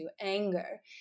anger